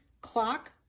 clock